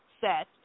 set